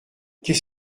qu’est